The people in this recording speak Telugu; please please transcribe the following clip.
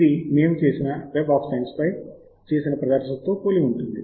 ఇది మేము చేసిన వెబ్ ఆఫ్ సైన్స్ పై చేసిన ప్రదర్శనతో పోలి ఉంటుంది